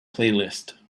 playlist